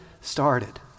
started